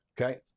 Okay